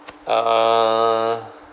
err